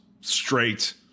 straight